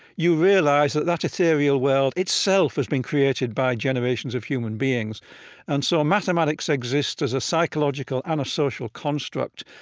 you realize that that ethereal world itself has been created by generations of human beings and so mathematics exists as a psychological and a social construct.